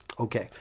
okay,